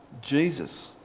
Jesus